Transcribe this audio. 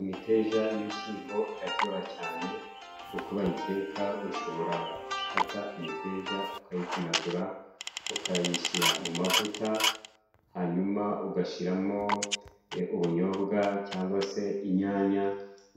Imiteja y'ibishyimbo iraryoha cyane, uko bayiteka ushobora gufata imiteja ukayivunagura, ukayishyira mu mavuta, hanyuma ugashiramo ubunyobwa cyangwa se inyanya,